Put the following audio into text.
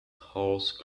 horse